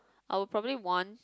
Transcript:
I would probably want